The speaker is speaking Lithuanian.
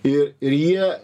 ir ir jie